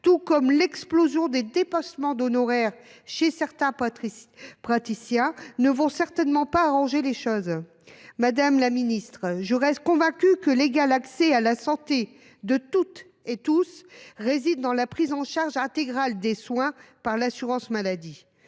tout comme l’explosion des dépassements d’honoraires chez certains praticiens, ne vont certainement pas arranger les choses. Madame la ministre déléguée, je reste convaincue que l’égal accès à la santé pour toutes et tous réside dans la prise en charge intégrale des soins par l’assurance maladie.